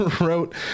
wrote